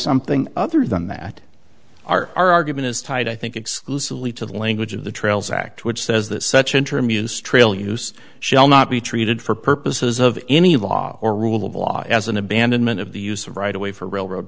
something other than that our argument is tied i think exclusively to the language of the trails act which says that such interim use trail use shall not be treated for purposes of any of law or rule of law as an abandonment of the use of right away for railroad